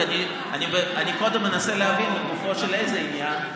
קודם אני אנסה להבין לגופו של איזה עניין,